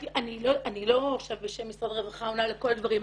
אני לא עכשיו בשם משרד הרווחה עונה לכל הדברים.